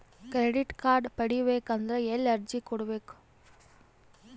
Credit card ಪಡಿಬೇಕು ಅಂದ್ರ ಎಲ್ಲಿ ಅರ್ಜಿ ಕೊಡಬೇಕು?